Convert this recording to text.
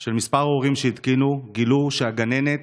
של כמה הורים שהתקינו גילו שהגננת,